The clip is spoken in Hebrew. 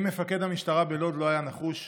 אם מפקד המשטרה בלוד לא היה נחוש,